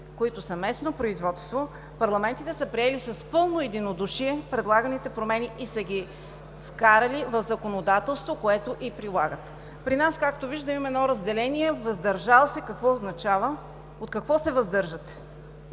и са местно производство, парламентите са приели с пълно единодушие предлаганите промени и са ги вкарали в законодателство, което и прилагат. Както виждаме при нас има едно разделение – „въздържал се“. Какво означава?! От какво се въздържате